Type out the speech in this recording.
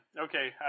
okay